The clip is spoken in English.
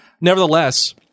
Nevertheless